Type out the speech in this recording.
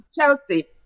Chelsea